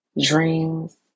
dreams